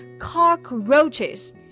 cockroaches